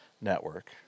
Network